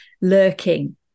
lurking